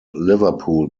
liverpool